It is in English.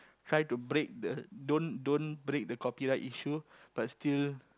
try to break the don't don't break the copyright issue but still